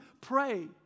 pray